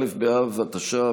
א' באב התש"ף,